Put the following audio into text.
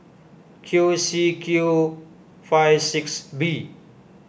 Q C Q five six B